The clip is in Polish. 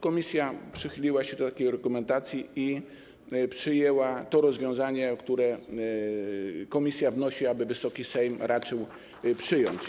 Komisja przychyliła się do takiej argumentacji i przyjęła to rozwiązanie, o które komisja wnosi, aby Wysoki Sejm raczył przyjąć.